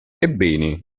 ebbene